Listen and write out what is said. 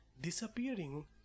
disappearing